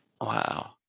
Wow